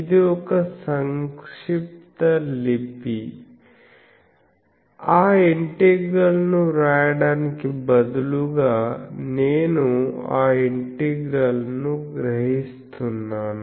ఇది ఒక సంక్షిప్తలిపి ఆ ఇంటిగ్రల్ ను వ్రాయడానికి బదులుగా నేను ఆ ఇంటిగ్రల్ ను గ్రహిస్తున్నాను